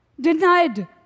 denied